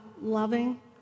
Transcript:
loving